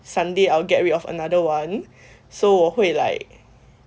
sunday I'll get rid of another one so 我会 like